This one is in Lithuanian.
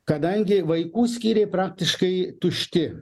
kadangi vaikų skyriai praktiškai tušti